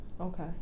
Okay